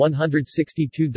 $162